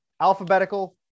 alphabetical